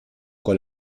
con